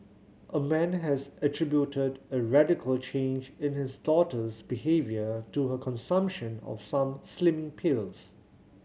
a man has attributed a radical change in his daughter's behaviour to her consumption of some slimming pills